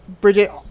Bridget